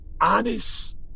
honest